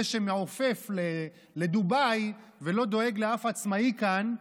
זה שמעופף לדובאי ולא דואג לאף עצמאי כאן,